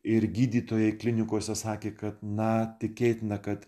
ir gydytojai klinikose sakė kad na tikėtina kad